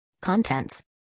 Contents